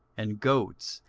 and goats,